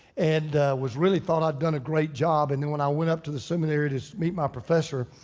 and was really thought i'd done a great job and then when i went up to the seminary to meet my professor,